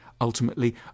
Ultimately